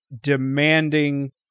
demanding